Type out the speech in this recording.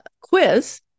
quiz